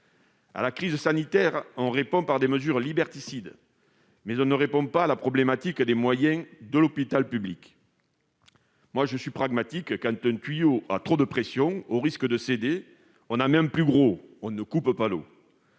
À la crise sanitaire, on répond par des mesures liberticides, mais on ne traite pas la problématique des moyens de l'hôpital public. Pour ma part, je suis pragmatique : quand un tuyau a trop de pression et risque de céder, on ne coupe pas l'eau,